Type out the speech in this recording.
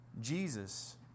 Jesus